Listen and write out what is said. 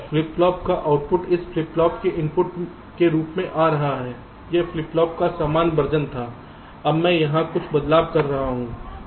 flip flop का output इस flip flop के इनपुट के रूप में आ रहा है यह फ्लिप फ्लॉप का सामान्य वर्जन था अब मैं यहां कुछ बदलाव कर रहा हूं